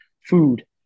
food